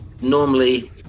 Normally